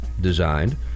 designed